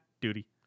Duty